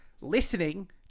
listening